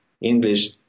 English